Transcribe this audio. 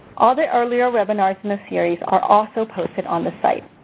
all the earlier webinars in the series are also posted on the site.